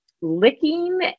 licking